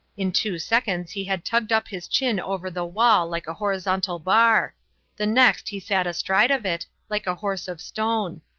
in two seconds he had tugged up his chin over the wall like a horizontal bar the next he sat astride of it, like a horse of stone.